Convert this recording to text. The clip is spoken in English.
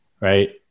right